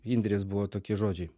indrės buvo tokie žodžiai